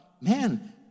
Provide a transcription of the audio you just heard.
man